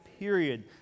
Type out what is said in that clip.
period